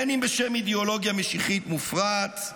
אם בשם אידיאולוגיה משיחית מופרעת,